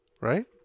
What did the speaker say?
Right